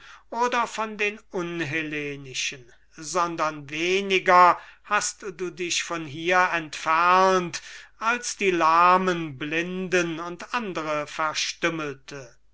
oder von den unhellenischen sondern weniger hast du dich von hier entfernt als die lahmen blinden und andere verstümmelten